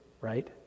right